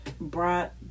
brought